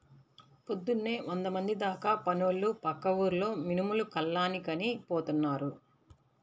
పొద్దున్నే వందమంది దాకా పనోళ్ళు పక్క ఊర్లో మినుములు కల్లానికని పోతున్నారు